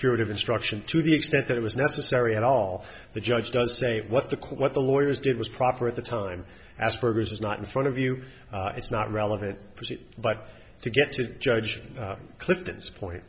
curative instruction to the extent that it was necessary at all the judge does say what the court what the lawyers did was proper at the time asperger's is not in front of you it's not relevant but to get to judge clifton's point